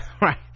right